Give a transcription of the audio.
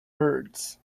birds